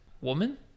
Woman